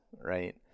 right